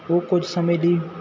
ਉਹ ਕੁਝ ਸਮੇਂ ਲਈ